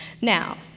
Now